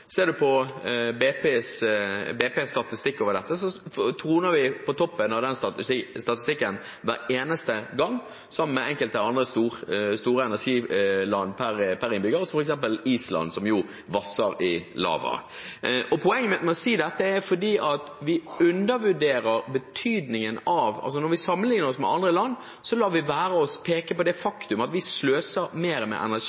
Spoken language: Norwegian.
Ser man på BPs statistikk over dette, troner vi på toppen av den statistikken hver eneste gang, sammen med enkelte andre store energiland når det kommer til energibruk per innbygger, som f.eks. Island, som vasser i lava. Poenget mitt med å si dette er at når vi sammenlikner oss med andre land, lar vi være å peke på det faktum at vi sløser mer med energi